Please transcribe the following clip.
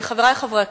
חברי חברי הכנסת,